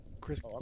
Chris